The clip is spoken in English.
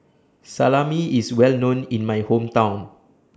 Salami IS Well known in My Hometown